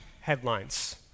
headlines